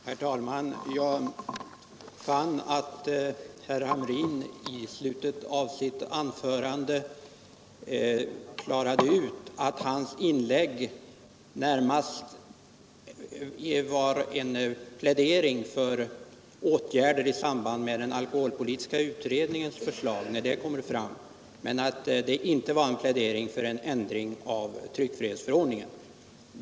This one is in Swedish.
Herr talman! Herr Hamrin klargjorde i slutet av sitt anförande att hans inlägg närmast var en plädering för åtgärder som bör vidtas när alkoholpolitiska utredningen framlagt sitt förslag och inte en plädering för en ändring av tryckfrihetsförordningen.